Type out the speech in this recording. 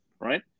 right